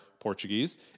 Portuguese